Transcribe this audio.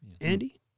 Andy